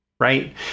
Right